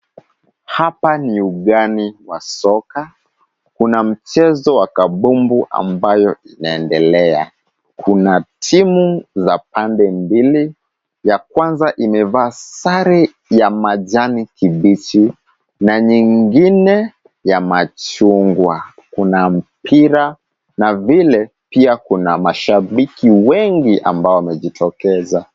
Hapa ni ugani wa soka. Kuna mchezo wa kambumbu ambayo inaendelea. Kuna timu za pande mbili, ya kwanza imevaa sare ya majani kibichi na nyingine ya machungwa. Kuna mpira na vile pia kuna mashabiki wengi ambao wamejitokeza.